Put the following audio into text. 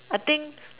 I think